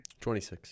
26